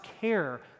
care